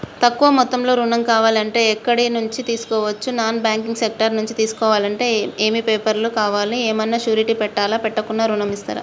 తక్కువ మొత్తంలో ఋణం కావాలి అంటే ఎక్కడి నుంచి తీసుకోవచ్చు? నాన్ బ్యాంకింగ్ సెక్టార్ నుంచి తీసుకోవాలంటే ఏమి పేపర్ లు కావాలి? ఏమన్నా షూరిటీ పెట్టాలా? పెట్టకుండా ఋణం ఇస్తరా?